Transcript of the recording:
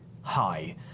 hi